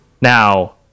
Now